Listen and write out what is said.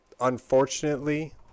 unfortunately